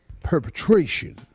perpetration